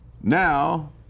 Now